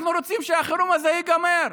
אנחנו רוצים שהחירום הזה ייגמר.